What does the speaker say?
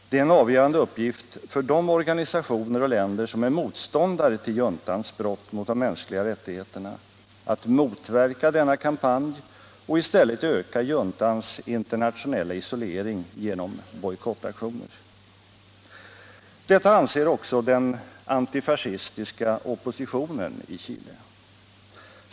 Det är en avgörande uppgift för de organisationer och länder som är motståndare till juntans brott mot de mänskliga rättigheterna att motverka denna kampanj och i stället öka juntans internationella isolering genom bojkottaktioner. Detta anser också den antifascistiska oppositionen i Chile.